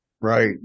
Right